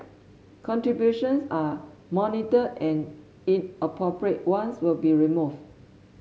contributions are monitored and inappropriate ones will be removed